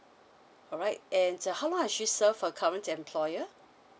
all right and how long has she served her current employer